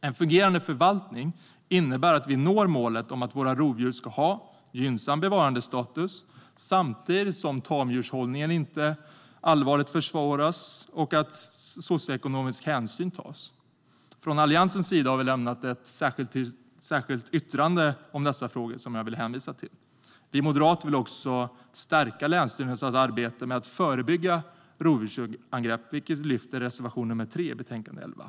En fungerande förvaltning innebär att vi når målet om att våra rovdjur ska ha gynnsam bevarandestatus samtidigt som tamdjurshållningen inte allvarligt försvåras och socioekonomisk hänsyn tas. Från Alliansens sida har vi ett särskilt yttrande om dessa frågor som jag vill hänvisa till. Vi moderater vill också stärka länsstyrelsernas arbete med att förebygga rovdjursangrepp, vilket vi lyfter fram i reservation nr 3 i betänkande 11.